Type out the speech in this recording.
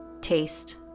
taste